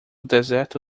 deserto